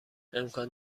امکان